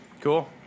cool